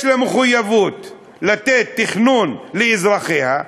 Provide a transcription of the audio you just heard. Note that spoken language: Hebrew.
יש לה מחויבות לתת תכנון לאזרחיה,